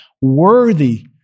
worthy